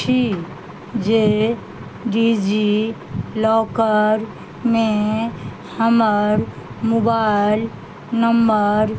छी जे डिजीलॉकरमे हमर मोबाइल नंबर